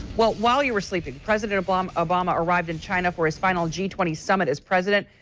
while while you were sleeping, president obama obama arrived in china for his final g twenty summit as president.